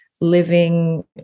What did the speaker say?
living